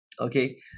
Okay